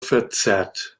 verzerrt